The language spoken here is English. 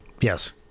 Yes